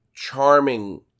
Charming